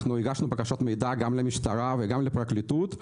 אנחנו הגשנו בקשות גם למשטרה וגם לפרקליטות.